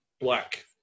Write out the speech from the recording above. black